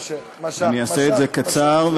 אני אעשה את זה קצר,